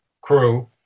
crew